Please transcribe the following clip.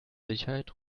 sicherheit